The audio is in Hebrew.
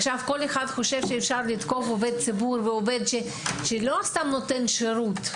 עכשיו כל אחד חושב שאפשר לתקוף עובד ציבור ועובד שלא סתם נותן שירות.